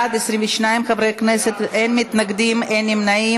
בעד 22 חברי כנסת, אין מתנגדים, אין נמנעים.